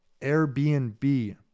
Airbnb